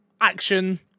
action